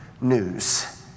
news